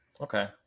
Okay